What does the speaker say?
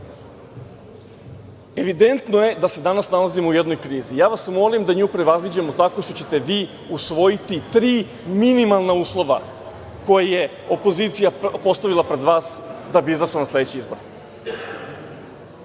Beogradu. Evidentno je da se danas nalazimo u jednoj krizi. Ja vas molim da nju prevaziđemo tako što ćete vi usvojiti tri minimalna uslova koja je opozicija postavila pred vas da bi izašla na sledeće izbore.